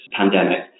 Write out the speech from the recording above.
pandemic